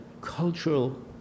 cultural